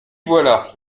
voilà